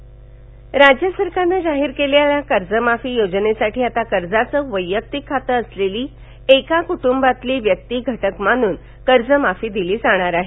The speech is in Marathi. कर्जमाफी राज्य सरकारनं जाहीर केलेल्या कर्जमाफी योजनेसाठी आता कर्जाचं व्यैयक्तिक खातं असलेली एका कुटुंबातील व्यक्ती घटक मानून कर्जमाफी दिली जाणार आहे